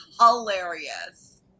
hilarious